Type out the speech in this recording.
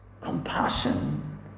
Compassion